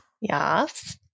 yes